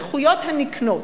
הזכויות הנקנות.